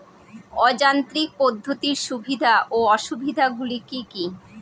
অযান্ত্রিক পদ্ধতির সুবিধা ও অসুবিধা গুলি কি কি?